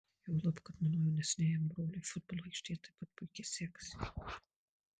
juolab kad mano jaunesniajam broliui futbolo aikštėje taip pat puikiai sekasi